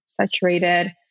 saturated